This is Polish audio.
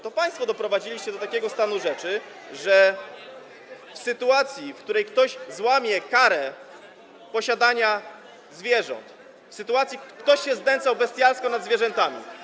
To państwo doprowadziliście do takiego stanu rzeczy, że w sytuacji, w której ktoś złamie karę, zakaz posiadania zwierząt, ktoś, kto się znęcał bestialsko nad zwierzętami.